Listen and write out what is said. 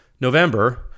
November